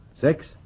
Six